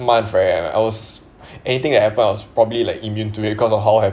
month right I was anything that happen I was probably like immune to it cause of how I